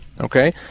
Okay